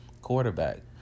quarterback